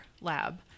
lab